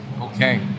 Okay